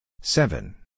seven